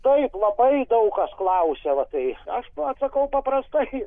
taip labai daug kas klausia va tai aš atsakau paprastai